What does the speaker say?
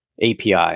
API